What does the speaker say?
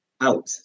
out